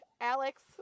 Alex